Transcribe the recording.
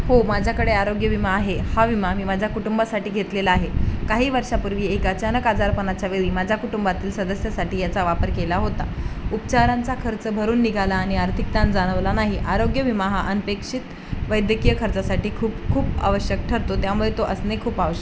हो माझ्याकडे आरोग्य विमा आहे हा विमा मी माझ्या कुटुंबासाठी घेतलेला आहे काही वर्षापूर्वी एक अचानक आजारपणाच्या वेळी माझ्या कुटुंबातील सदस्यासाठी याचा वापर केला होता उपचारांचा खर्च भरून निघाला आणि आर्थिक ताण जाणवला नाही आरोग्य विमा हा अनपेक्षित वैद्यकीय खर्चासाठी खूप खूप आवश्यक ठरतो त्यामुळे तो असणे खूप आवश्यक